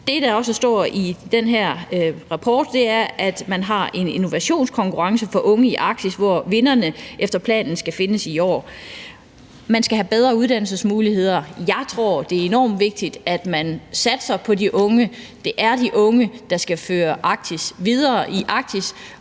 Det, der også står i den her rapport, er, at man har en innovationskonkurrence for unge i Arktis, hvor vinderne efter planen skal findes i år. Man skal have bedre uddannelsesmuligheder. Jeg tror, det er enormt vigtigt, at man satser på de unge. Det er de unge, der skal føre Arktis videre i Arktis,